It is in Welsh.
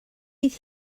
bydd